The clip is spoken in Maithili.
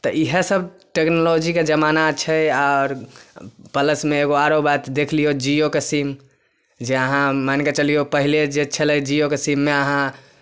तऽ इएहसब टेक्नोलॉजीके जमाना छै आओर प्लसमे एगो आओर बात देख लिऔ जिओके सिम जे अहाँ मानिकऽ चलिऔ पहिले जे छलै जिओके सिममे अहाँ